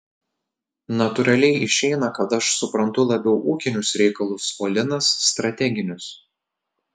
natūraliai išeina kad aš suprantu labiau ūkinius reikalus o linas strateginius